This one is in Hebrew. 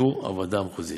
ובאישור הוועדה המחוזית.